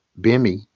Bimmy